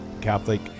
Catholic